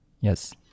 Yes